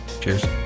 cheers